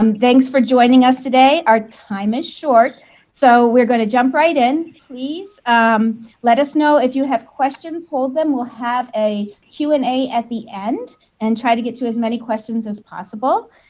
um thanks for joining us today. our time is short so we are going to jump right in. please um let us know if you have questions. hold them. we will have a q and a at the end and try to get to as many questions as possible.